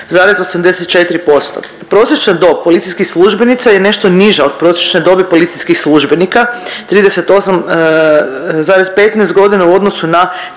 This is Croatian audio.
21,84%. Prosječna dob policijskih službenica je nešto niža od prosječne dobi policijskih službenika 38,15 godina u odnosu na